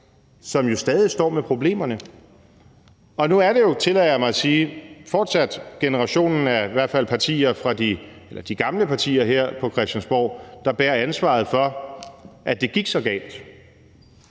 som stadig står med problemerne. Og nu er det jo, det tillader jeg mig at sige, i hvert fald fortsat generationen af de gamle partier her på Christiansborg, der bærer ansvaret for, at det gik så galt.